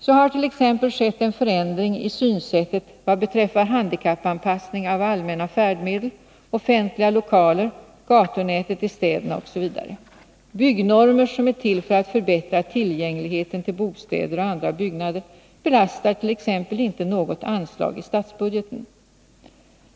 Så har t.ex. skett en förändring i synsättet vad beträffar handikappanpassning av allmänna färdmedel, offentliga lokaler, gatunätet i städerna osv. Byggnormer som är till för att förbättra tillgängligheten till bostäder och andra byggnader belastar t.ex. inte något anslag i statsbudgeten.